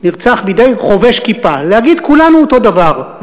"נרצח בידי חובש כיפה" להגיד, כולנו אותו דבר.